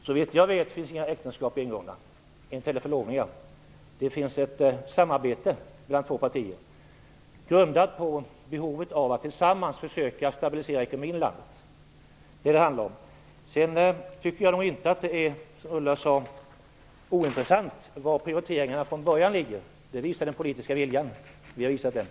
Herr talman! Såvitt jag vet finns inga äktenskap ingångna, inte heller förlovningar. Det finns ett samarbete mellan två partier, grundat på behovet av att tillsammans försöka stabilisera ekonomin i landet. Det är det det handlar om. Jag tycker nog inte att det, som Ulla Löfgren sade, är ointressant var prioriteringarna ligger från början. Det visar på den politiska viljan. Vi har visat vår.